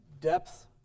Depth